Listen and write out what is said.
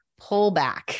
pullback